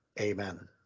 Amen